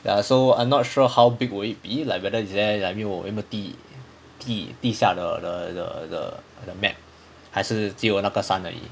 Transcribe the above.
ya so I'm not sure how big will it be like whether they're like 没有有没有地地地下的的的 map 还是只有那个山而已